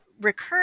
recur